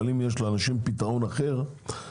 אבל אם יש לאנשים פתרון אחר,